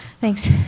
Thanks